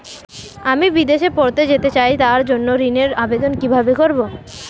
আমি বিদেশে পড়তে যেতে চাই তার জন্য ঋণের আবেদন কিভাবে করব?